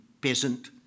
peasant